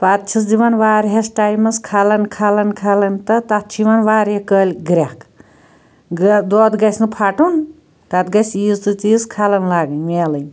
پَتہٕ چھِس دِوان واریاہَس ٹایمَس کھَلَن کھَلَن کھَلَن تہٕ تتھ چھُ یوان واریاہ کٲلۍ گرٛٮ۪کھ دۄد گَژھِ نہٕ پھَٹُن تتھ گَژھِ ییٖژ و تیٖژ کھَلَن لَگٕنۍ میلٕنۍ